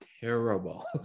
terrible